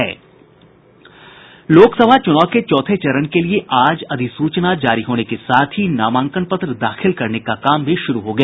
लोकसभा चूनाव के चौथे चरण के लिये आज अधिसूचना जारी होने के साथ ही नामांकन पत्र दाखिल करने का काम भी शुरू हो गया